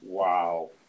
Wow